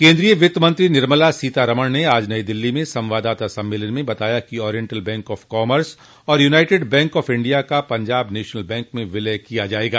केन्द्रीय वित्त मंत्री निर्मला सीता रमण ने आज नई दिल्ली में संवाददाता सम्मेलन में बताया कि ओरियटल बैंक ऑफ कामर्स और यूनाइटेड बैंक ऑफ इंडिया का पंजाब नेशनल बैंक में विलय किया जायेगा